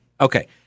Okay